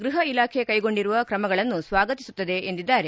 ಗೃಹ ಇಲಾಖೆ ಕೈಗೊಂಡಿರುವ ಕ್ರಮಗಳನ್ನು ಸ್ವಾಗತಿಸುತ್ತದೆ ಎಂದಿದ್ದಾರೆ